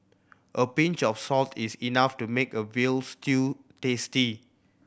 a pinch of salt is enough to make a veal stew tasty